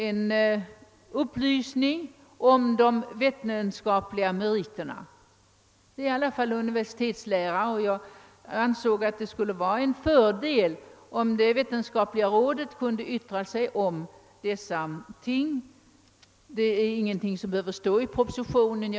Eftersom det gällde universitetslärare, ansåg jag att det skulle vara till fördel om det vetenskapliga rådet kunde yttra sig om dessa ting. Det är ingenting som behöver stå i propositionen.